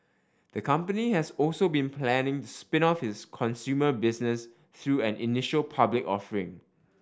the company has also been planning to spin off its consumer business through an initial public offering